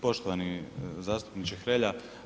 Poštovani zastupniče Hrelja.